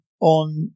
on